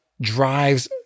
drives